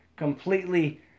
Completely